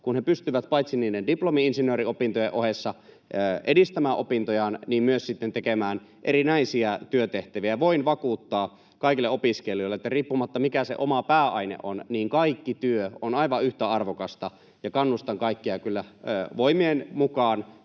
kun he pystyvät paitsi niiden diplomi-insinööriopintojen ohessa edistämään opintojaan, myös sitten tekemään erinäisiä työtehtäviä. Voin vakuuttaa kaikille opiskelijoille, että riippumatta siitä, mikä se oma pääaine on, kaikki työ on aivan yhtä arvokasta, ja kannustan kaikkia kyllä voimien mukaan